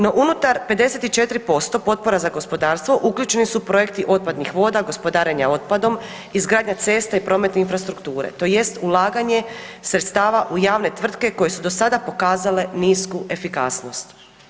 No unutar 54% potpora za gospodarstvo uključeni su projekti otpadnih voda, gospodarenja otpadom, izgradnja cesta i prometne infrastrukture, tj. ulaganje sredstava u javne tvrtke koje su do sada pokazale nisku efikasnost.